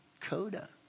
Coda